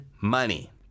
money